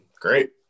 great